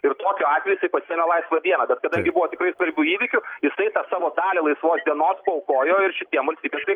ir tokiu atveju jisai pasiėmė laisvą dieną bet kadangi buvo tikrai svarbių įvykių jisai tą savo dalį laisvos dienos paaukojo ir šitiem valstybės